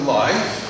life